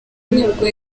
ubwo